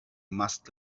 must